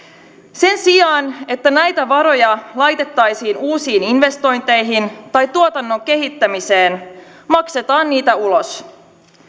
sen sijaan että näitä varoja laitettaisiin uusiin investointeihin tai tuotannon kehittämiseen maksetaan niitä ulos